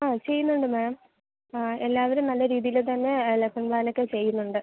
ആ ചെയ്യുന്നുണ്ട് മാം ആ എല്ലാവരും നല്ല രീതിയിൽ തന്നെ ലെസ്സൺ പ്ലാനോക്കെ ചെയ്യുന്നുണ്ട്